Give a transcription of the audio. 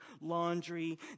laundry